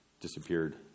disappeared